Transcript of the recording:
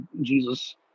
Jesus